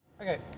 Okay